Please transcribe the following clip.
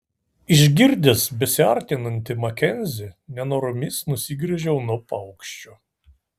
išgirdęs besiartinantį makenzį nenoromis nusigręžiau nuo paukščio